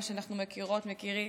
מה שאנחנו מכירות ומכירים,